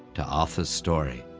to arthur's story.